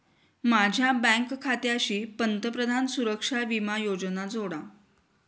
माझ्या बँक खात्याशी पंतप्रधान सुरक्षा विमा योजना जोडा